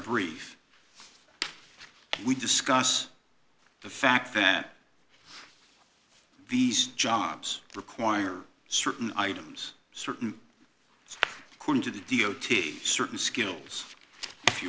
brief we discuss the fact that these jobs require certain items certain according to the d o t certain skills if you